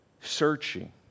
searching